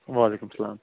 وعلیکُم سلام